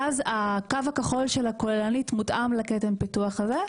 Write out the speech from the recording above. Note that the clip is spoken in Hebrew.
ואז הקו הכחול של הכוללנית מותאם לכתם הפיתוח הזה.